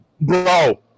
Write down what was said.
Bro